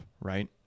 right